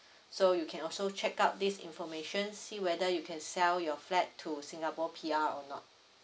so you can also check out this information see whether you can sell your flat to singapore P_R or not